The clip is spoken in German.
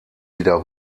wieder